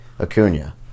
Acuna